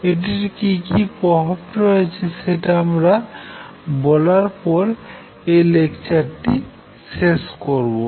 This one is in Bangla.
এটির কী কী প্রভাব রয়েছে সেটা বলার পর আমরা এই লেকচারটি শেষ করবো